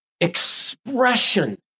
expression